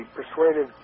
persuaded